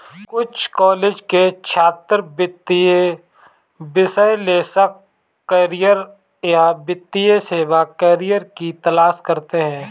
कुछ कॉलेज के छात्र वित्तीय विश्लेषक करियर या वित्तीय सेवा करियर की तलाश करते है